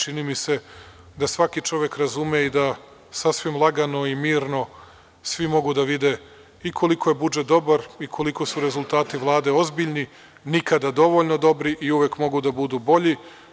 Čini mi se da svaki čovek razume i da sasvim lagano i mirno svi mogu da vide i koliko je budžet dobar i koliko su rezultati Vlade ozbiljni, nikada dovoljno dobri i uvek mogu da budu bolji.